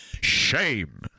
shame